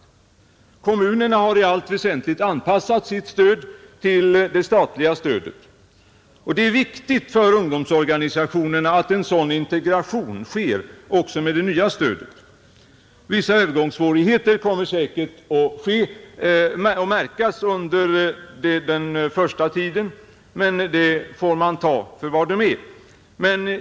Kommunerna har i allt väsentligt anpassat sitt stöd till det statliga stödet. Det är viktigt för ungdomsorganisationerna att en sådan integration sker också med det nya stödet. Vissa övergångssvårigheter kommer säkerligen att märkas under den första tiden, men dem får man ta för vad de är.